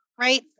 Right